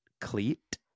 cleat